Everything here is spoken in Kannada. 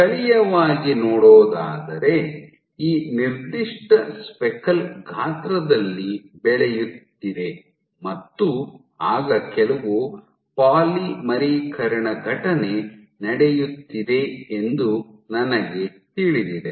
ಸ್ಥಳೀಯವಾಗಿ ನೋಡೋದಾದರೆ ಈ ನಿರ್ದಿಷ್ಟ ಸ್ಪೆಕಲ್ ಗಾತ್ರದಲ್ಲಿ ಬೆಳೆಯುತ್ತಿದೆ ಮತ್ತು ಆಗ ಕೆಲವು ಪಾಲಿಮರೀಕರಣ ಘಟನೆ ನಡೆಯುತ್ತಿದೆ ಎಂದು ನನಗೆ ತಿಳಿದಿದೆ